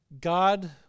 God